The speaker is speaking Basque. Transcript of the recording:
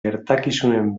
gertakizunen